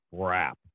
crap